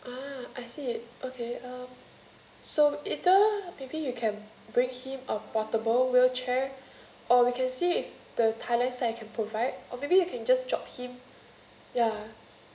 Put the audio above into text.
ah I see okay um so either maybe you can bring him a portable wheelchair or we can see the thailand side can provide or maybe you can just drop him